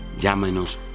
llámenos